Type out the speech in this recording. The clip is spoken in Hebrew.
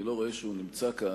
אני לא רואה שהוא נמצא כאן.